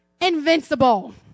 Invincible